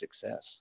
success